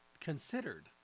considered